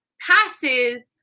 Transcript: passes